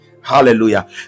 Hallelujah